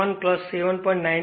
1 7